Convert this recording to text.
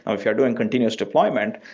if you're doing continuous deployment,